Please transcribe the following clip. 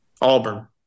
Auburn